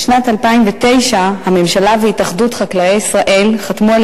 בשנת 2009 הממשלה והתאחדות חקלאי ישראל חתמו על